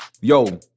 Yo